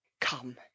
Come